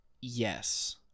Yes